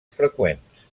freqüents